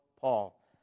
Paul